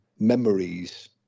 Memories